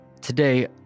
Today